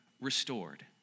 restored